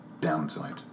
downside